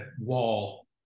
wall